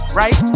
right